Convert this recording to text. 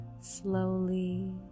slowly